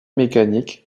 mécanique